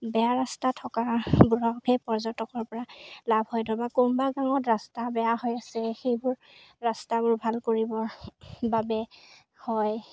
বেয়া ৰাস্তা থকাবোৰক সেই পৰ্যটকৰ পৰা লাভ হৈ থকা কোনোবা গাঁৱত ৰাস্তা বেয়া হৈ আছে সেইবোৰ ৰাস্তাবোৰ ভাল কৰিবৰ বাবে হয়